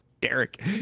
Derek